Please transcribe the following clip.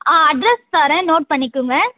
ஆ address தரேன் note பண்ணிக்கோங்க